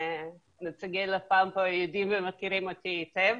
נציגי לפ"מ פה יודעים ומכירים אותי היטב,